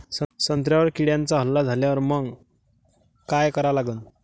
संत्र्यावर किड्यांचा हल्ला झाल्यावर मंग काय करा लागन?